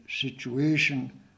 situation